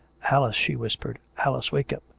alice, she whispered. alice! wake up.